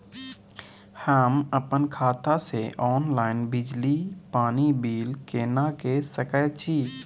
हम अपन खाता से ऑनलाइन बिजली पानी बिल केना के सकै छी?